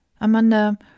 Amanda